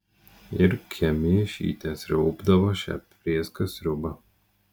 ir kemėšytė sriaubdavo šią prėską sriubą